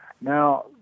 Now